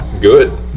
good